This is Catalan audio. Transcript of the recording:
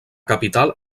capital